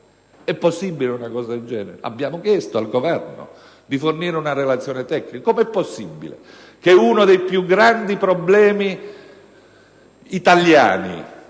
È possibile una cosa del genere? Abbiamo chiesto al Governo di fornire una Relazione tecnica: com'è possibile che uno dei più grandi problemi italiani,